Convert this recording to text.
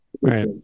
right